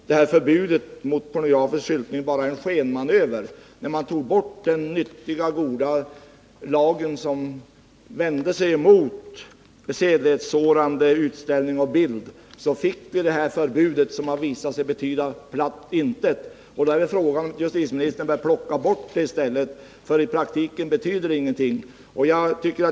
Herr talman! Det här måste betyda att förbudet mot pornografisk skyltning bara var en skenmanöver. När man tog bort den nyttiga och välgörande lagen som vände sig emot sedlighetssårande utställning av bild fick vi det här förbudet, som har visat sig betyda platt intet. Frågan är om inte justitieministern bör plocka bort förbudet, för i praktiken betyder det ingenting.